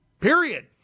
Period